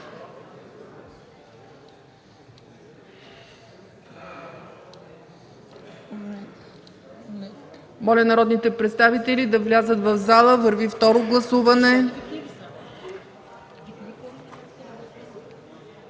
Моля, народните представители да влязат в залата, върви второ гласуване.